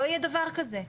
לא יהיה דבר כזה.